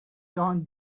john